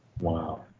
Wow